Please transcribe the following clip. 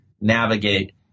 navigate